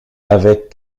avec